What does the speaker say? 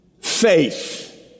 faith